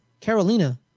Carolina